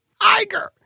Iger